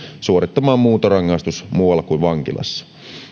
suorittamaan muuntorangaistus muualla kuin vankilassa